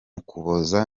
ukuboza